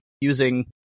using